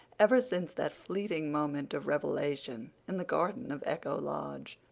ever since that fleeting moment of revelation in the garden of echo lodge.